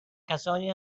کسانی